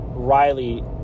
Riley